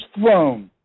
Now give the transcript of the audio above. throne